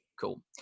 Cool